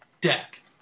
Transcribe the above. deck